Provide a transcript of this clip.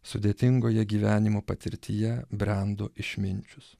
sudėtingoje gyvenimo patirtyje brendo išminčius